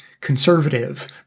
conservative